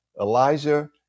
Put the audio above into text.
Elijah